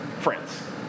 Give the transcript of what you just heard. Friends